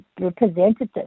representative